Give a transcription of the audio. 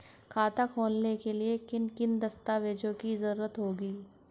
खाता खोलने के लिए किन किन दस्तावेजों की जरूरत होगी?